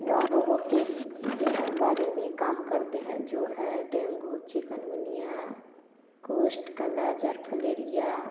नौ रोगो के बारे काम करते हैं जो है डेंगू चिकनगुनिया कुष्ट कलाजर फलेरिया